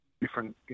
different